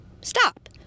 stop